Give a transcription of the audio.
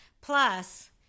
Plus